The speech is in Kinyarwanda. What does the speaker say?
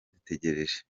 dutegereje